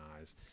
eyes